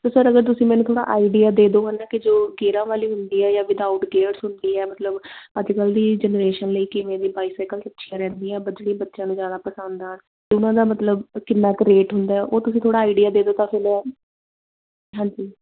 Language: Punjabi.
ਸੋ ਸਰ ਅਗਰ ਤੁਸੀਂ ਮੈਨੂੰ ਥੋੜ੍ਹਾ ਆਈਡੀਆ ਦੇ ਦੋ ਹੈ ਨਾ ਕਿ ਜੋ ਗੇਅਰਾਂ ਵਾਲੀ ਹੁੰਦੀ ਆ ਜਾਂ ਵਿਦਆਊਟ ਗੇਅਰਸ ਹੁੰਦੀ ਆ ਮਤਲਬ ਅੱਜ ਕੱਲ੍ਹ ਦੀ ਜਨਰੇਸ਼ਨ ਲਈ ਕਿਵੇਂ ਦੀ ਬਾਈਸਾਈਕਲ ਅੱਛੀਆਂ ਰਹਿੰਦੀਆਂ ਪਰ ਜਿਹੜੀਆਂ ਬੱਚਿਆਂ ਨੂੰ ਜ਼ਿਆਦਾ ਪਸੰਦ ਆਉਣ ਉਹਨਾਂ ਦਾ ਮਤਲਬ ਕਿੰਨਾ ਕੁ ਰੇਟ ਹੁੰਦਾ ਹੈ ਉਹ ਤੁਸੀਂ ਥੋੜਾ ਆਈਡੀਆ ਦੇ ਦਿਉ ਤਾਂ ਫਿਰ ਮੈਂ ਹਾਂਜੀ